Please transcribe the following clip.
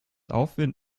aufwind